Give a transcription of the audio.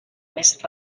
més